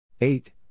Eight